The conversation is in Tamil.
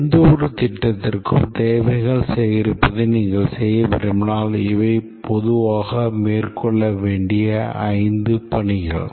எந்தவொரு திட்டத்திற்கும் தேவைகள் சேகரிப்பதை நீங்கள் செய்ய விரும்பினால் இவை பொதுவாக மேற்கொள்ள வேண்டிய ஐந்து பணிகள்